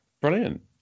brilliant